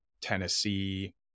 Tennessee